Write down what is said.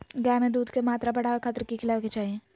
गाय में दूध के मात्रा बढ़ावे खातिर कि खिलावे के चाही?